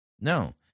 No